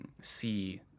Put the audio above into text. see